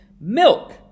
Milk